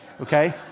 okay